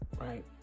right